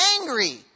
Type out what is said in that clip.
angry